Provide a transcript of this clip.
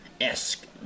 esque